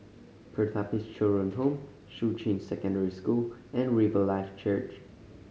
Pertapis Children Home Shuqun Secondary School and Riverlife Church